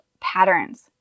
patterns